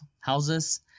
houses